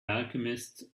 alchemists